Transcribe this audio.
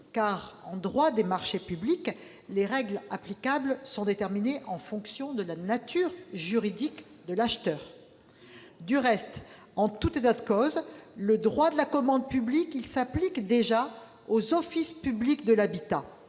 car en droit des marchés publics les règles applicables sont déterminées en fonction de la nature juridique de l'acheteur. Absolument ! Du reste, en tout état de cause, le droit de la commande publique s'applique déjà aux offices publics de l'habitat,